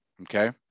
okay